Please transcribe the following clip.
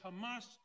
Hamas